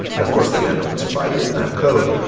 of course, again, open source library as an app code.